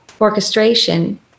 orchestration